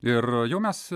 ir jau mes